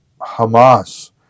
Hamas